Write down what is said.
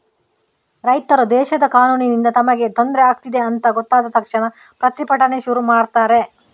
ರೈತರು ದೇಶದ ಕಾನೂನಿನಿಂದ ತಮಗೆ ತೊಂದ್ರೆ ಆಗ್ತಿದೆ ಅಂತ ಗೊತ್ತಾದ ತಕ್ಷಣ ಪ್ರತಿಭಟನೆ ಶುರು ಮಾಡ್ತಾರೆ